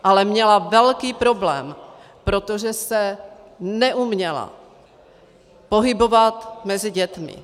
Ale měla velký problém, protože se neuměla pohybovat mezi dětmi.